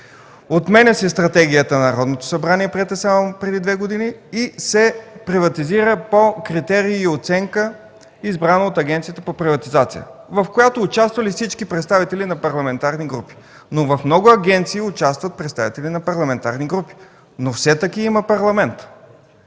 Отменя се Стратегията на Народното събрание, приета само преди две години, и се приватизира по критерии и оценка, избрани от Агенцията за приватизация, в която участвали всички представители на парламентарни групи. В много агенции участват представители на парламентарни групи, но все таки има Парламент,